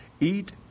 Eat